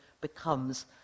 becomes